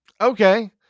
Okay